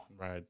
Right